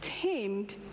tamed